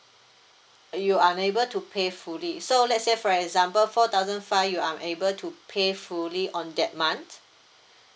you unable to pay fully so let's say for example four thousand five you unable to pay fully on that month